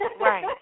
right